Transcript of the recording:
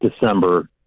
December